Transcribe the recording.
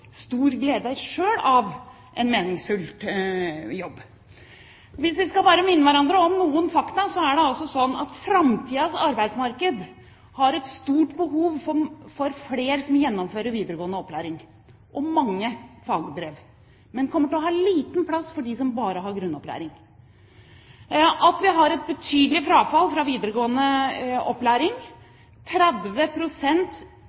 stor glede av en meningsfull jobb, er på ulike trygdeordninger. Hvis vi skal minne hverandre om noen fakta, er det sånn at framtidens arbeidsmarked vil ha stort behov for at flere gjennomfører videregående opplæring og at mange tar fagbrev, men det kommer til å være liten plass for dem som bare har grunnopplæring. Vi har et betydelig frafall fra videregående opplæring